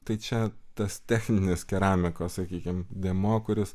tai čia tas techninis keramikos sakykim dėmuo kuris